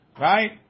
right